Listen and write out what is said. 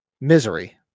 misery